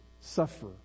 suffer